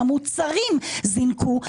המוצרים זינקו,